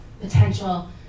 potential